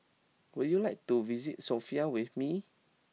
would you like to visit Sofia with me